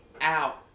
out